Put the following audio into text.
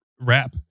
rap